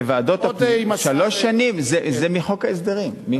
ועדות הפנים, שלוש שנים, זה מחוק ההסדרים.